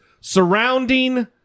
surrounding